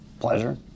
pleasure